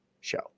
Show